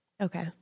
Okay